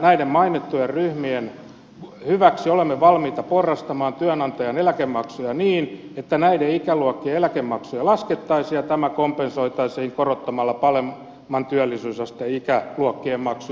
näiden mainittujen ryhmien hyväksi olemme valmiita porrastamaan työnantajan eläkemaksuja niin että näiden ikäluokkien eläkemaksuja laskettaisiin ja tämä kompensoitaisiin korottamalla paremman työllisyysasteen ikäluokkien maksuja